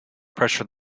pressure